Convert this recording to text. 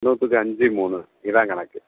நூற்றுக்கு அஞ்சு மூணு இதுதான் கணக்கு